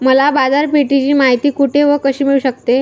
मला बाजारपेठेची माहिती कुठे व कशी मिळू शकते?